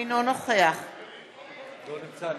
אינו משתתף איימן עודה,